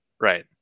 Right